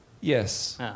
Yes